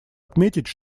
отметить